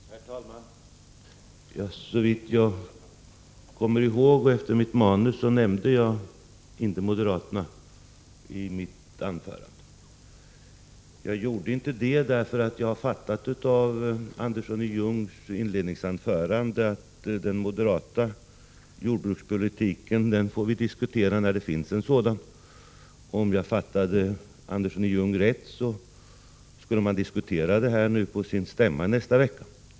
Herr talman! Såvitt jag kommer ihåg och enligt vad som framgår av mitt manus nämnde jag inte moderaterna i mitt anförande. Jag gjorde inte det, för jag har fattat av Arne Anderssons i Ljung inledningsanförande att den moderata jordbrukspolitiken får vi diskutera när det finns en sådan. Om jag fattade herr Andersson i Ljung rätt, kommer moderaterna att diskutera den på sin stämma i nästa vecka.